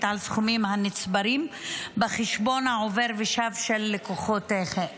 על סכומים הנצברים בחשבון העובר ושב של לקוחותיהם.